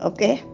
Okay